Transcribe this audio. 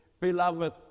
beloved